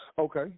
Okay